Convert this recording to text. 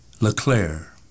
LeClaire